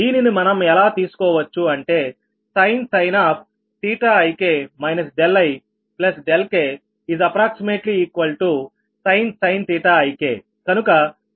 దీనిని మనం ఎలా తీసుకోవచ్చు అంటే sin ik ik sin ik కనుక QiVi ViBik